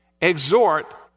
exhort